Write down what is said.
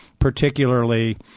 particularly